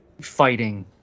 fighting